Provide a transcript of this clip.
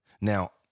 Now